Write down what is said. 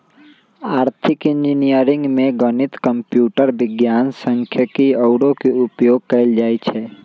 आर्थिक इंजीनियरिंग में गणित, कंप्यूटर विज्ञान, सांख्यिकी आउरो के उपयोग कएल जाइ छै